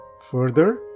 Further